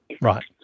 Right